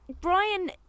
Brian